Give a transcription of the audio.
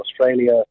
Australia